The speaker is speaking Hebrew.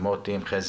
עם מוטי ועם חזי,